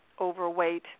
overweight